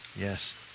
Yes